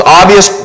obvious